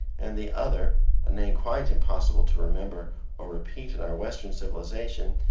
and the other a name quite impossible to remember or repeat in our western civilization,